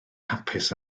hapus